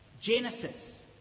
Genesis